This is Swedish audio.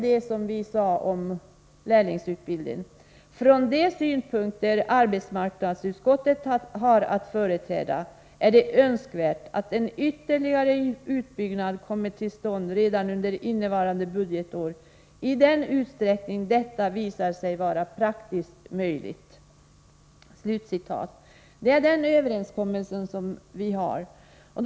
Det vi sade är följande: ”Från de synpunkter arbetsmarknadsutskottet har att företräda är det önskvärt att en ytterligare utbyggnad kommer till stånd redan under innevarande budgetår i den utsträckning detta visar sig vara praktiskt möjligt.” Det är den överenskommelse som vi har träffat.